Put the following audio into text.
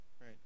Right